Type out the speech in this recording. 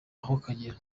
akagera